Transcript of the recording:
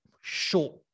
short